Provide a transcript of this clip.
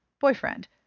Boyfriend